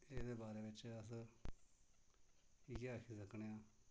एह्दे बारे बिच्च बी अस इ'यै आखी सकने आं